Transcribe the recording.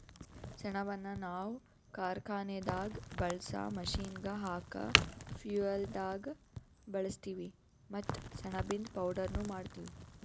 ಸೆಣಬನ್ನ ನಾವ್ ಕಾರ್ಖಾನೆದಾಗ್ ಬಳ್ಸಾ ಮಷೀನ್ಗ್ ಹಾಕ ಫ್ಯುಯೆಲ್ದಾಗ್ ಬಳಸ್ತೀವಿ ಮತ್ತ್ ಸೆಣಬಿಂದು ಪೌಡರ್ನು ಮಾಡ್ತೀವಿ